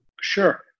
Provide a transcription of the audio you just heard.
Sure